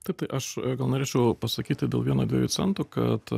taip tai aš gal norėčiau pasakyti dėl vieno dviejų centų kad